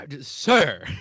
Sir